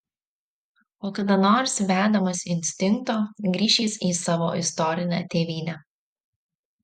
o kada nors vedamas instinkto grįš jis į savo istorinę tėvynę